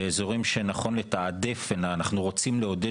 באזורים שנכון לתעדף ואנחנו רוצים לעודד